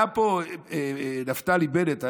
היה פה נפתלי בנט,